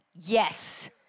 Yes